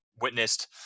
witnessed